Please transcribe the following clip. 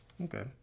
Okay